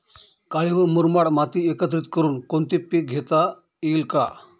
काळी व मुरमाड माती एकत्रित करुन कोणते पीक घेता येईल का?